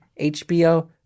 hbo